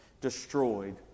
destroyed